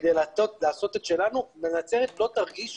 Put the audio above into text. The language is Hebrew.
כדי לעשות את שלנו ונצרת לא תרגיש